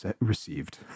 received